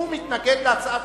הוא מתנגד להצעה.